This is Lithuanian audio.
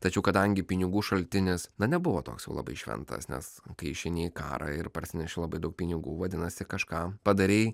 tačiau kadangi pinigų šaltinis na nebuvo toks jau labai šventas nes kai išeini į karą ir parsineši labai daug pinigų vadinasi kažką padarei